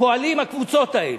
פועלות הקבוצות האלה.